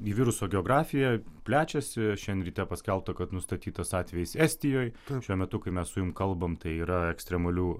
į viruso geografiją plečiasi šiandien ryte paskelbta kad nustatytas atvejis estijoj šiuo metu kai mes su jum kalbam tai yra ekstremalių